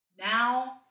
Now